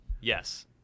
Yes